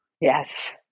yes